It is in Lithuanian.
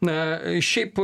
na šiaip